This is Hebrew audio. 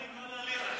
הינה, אני אקרא לעליזה.